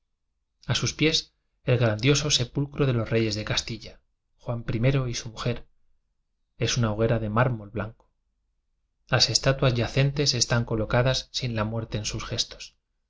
a sus pies el grandioso sepulcro de los reyes de astilla uan y su mujer es una hoguera de mármol blan co las estatuas yacentes están colocadas sin la muerte en sus gestos